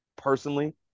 Personally